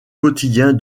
quotidien